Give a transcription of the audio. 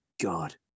God